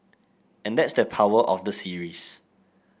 and that's the power of the series